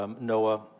Noah